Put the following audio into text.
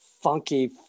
funky